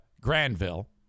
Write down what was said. Granville